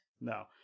No